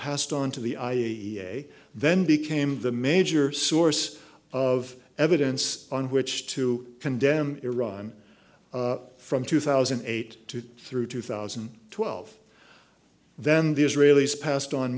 passed on to the i a e a then became the major source of evidence on which to condemn iran from two thousand and eight to through two thousand and twelve then the israelis passed on